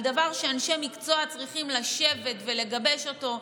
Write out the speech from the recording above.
על דבר שאנשי מקצוע צריכים לשבת ולגבש אותו.